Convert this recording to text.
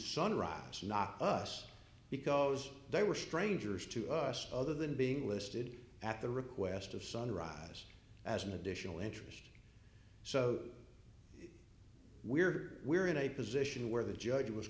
sunrise not us because they were strangers to us other than being listed at the request of sunrise as an additional interest so we're we're in a position where the judge was